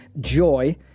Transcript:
joy